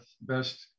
best